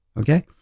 Okay